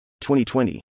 2020